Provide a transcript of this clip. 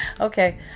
Okay